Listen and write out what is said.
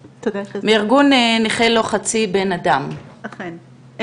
מארגון "נכה לא חצי בן אדם", בבקשה.